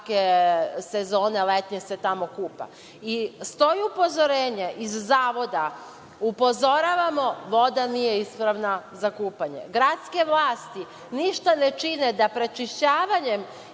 svake letenje sezone se tamo kupa. Stoji upozorenje iz zavoda – upozoravamo, voda nije ispravna za kupanje. Gradske vlasti ništa ne čine da prečišćavanjem